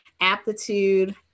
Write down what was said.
aptitude